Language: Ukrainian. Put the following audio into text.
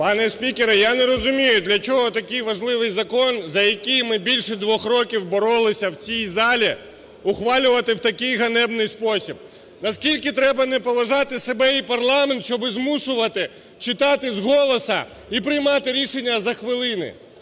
Пане спікере, я не розумію, для чого такий важливий закон, за який ми більше 2 років боролися в цій залі, ухвалювати в такий ганебний спосіб? Наскільки треба не поважати себе і парламент, щоб змушувати читати з голосу і приймати рішення за хвилини.